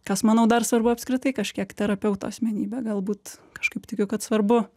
kas manau dar svarbu apskritai kažkiek terapeuto asmenybė galbūt kažkaip tikiu kad svarbu